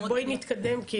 בואי נתקדם.